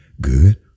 good